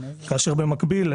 במקביל,